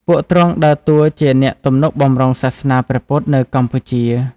ពួកទ្រង់ដើរតួជាអ្នកទំនុកបម្រុងសាសនាព្រះពុទ្ធនៅកម្ពុជា។